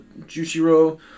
Jushiro